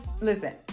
listen